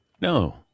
No